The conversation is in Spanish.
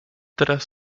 tras